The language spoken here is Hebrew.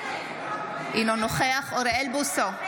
אינו נוכח אוריאל בוסו,